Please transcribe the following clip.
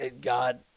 God